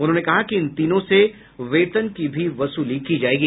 उन्होंने कहा कि इन तीनों से वेतन की भी वसूल की जायेगी